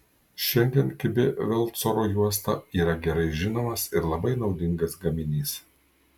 šiandien kibi velcro juosta yra gerai žinomas ir labai naudingas gaminys